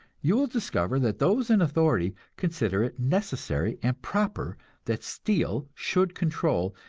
you will discover that those in authority consider it necessary and proper that steel should control,